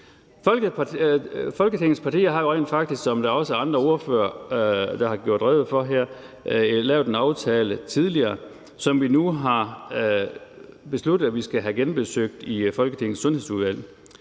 Folketingets partier har rent faktisk, som også andre ordførere har gjort rede for her, lavet en aftale tidligere, som vi nu har besluttet vi skal have genbesøgt i Folketingets Sundhedsudvalg.